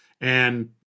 And-